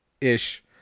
ish